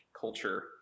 culture